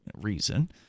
reason